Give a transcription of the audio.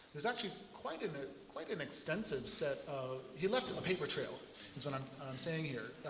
there's actually quite an ah quite an extensive set of he left a paper trail, is what i'm saying here,